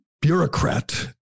bureaucrat